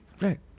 Right